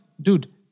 dude